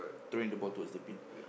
throwing the ball towards the pin